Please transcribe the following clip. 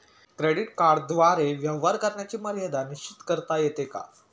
Credit कार्डद्वारे व्यवहार करण्याची मर्यादा निश्चित करता येते का?